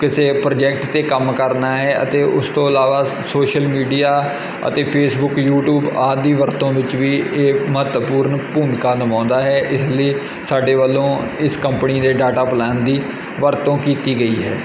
ਕਿਸੇ ਪ੍ਰੋਜੈਕਟ 'ਤੇ ਕੰਮ ਕਰਨਾ ਹੈ ਅਤੇ ਉਸ ਤੋਂ ਇਲਾਵਾ ਸੋਸ਼ਲ ਮੀਡੀਆ ਅਤੇ ਫੇਸਬੁਕ ਯੂਟਿਊਬ ਆਦਿ ਦੀ ਵਰਤੋਂ ਵਿੱਚ ਵੀ ਇਹ ਮਹੱਤਵਪੂਰਨ ਭੂਮਿਕਾ ਨਿਭਾਉਂਦਾ ਹੈ ਇਸ ਲਈ ਸਾਡੇ ਵੱਲੋਂ ਇਸ ਕੰਪਨੀ ਦੇ ਡਾਟਾ ਪਲਾਨ ਦੀ ਵਰਤੋਂ ਕੀਤੀ ਗਈ ਹੈ